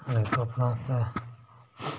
उनेंई तुप्पने आस्तै